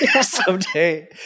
someday